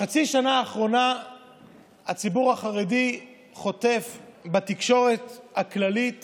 בחצי השנה האחרונה הציבור החרדי חוטף בתקשורת הכללית